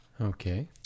Okay